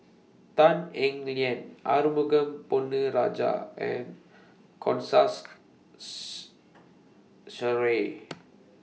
Tan Eng Liang Arumugam Ponnu Rajah and Sheares